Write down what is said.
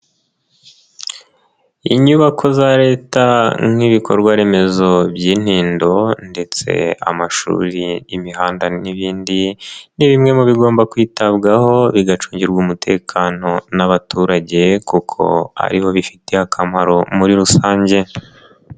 Inyubako za leta nk'ibikorwaremezo by'intindo ndetse amashuri, imihanda n'ibindi, ni bimwe mu bigomba kwitabwaho, bigacungirwa umutekano n'abaturage kuko ari bo bifitiye akamaro muri rusange.